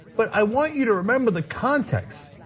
but i want you to remember the context.